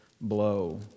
blow